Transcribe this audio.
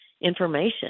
information